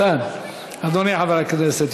אדוני חבר הכנסת,